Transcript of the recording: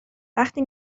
وقتی